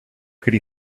could